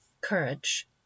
courage